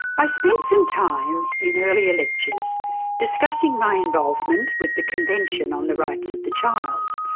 i spent some time in earlier lectures discussing my involvement with the convention on the rights of the child,